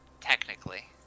Technically